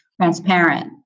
transparent